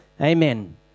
Amen